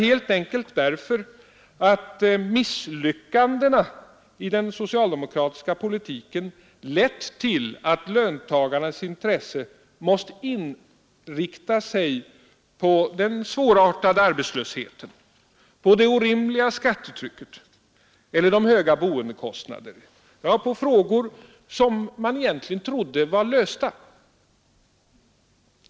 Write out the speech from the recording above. Ja, helt enkelt därför att misslyckandena i den socialdemokratiska politiken lett till att löntagarnas intresse måst inrikta sig på den svårartade arbetslösheten, på det orimliga skattetrycket eller på de höga boendekostnaderna — ja, på frågor som man egentligen trodde var lösta.